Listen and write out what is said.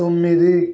తొమ్మిది